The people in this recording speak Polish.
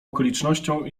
okolicznościom